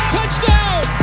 Touchdown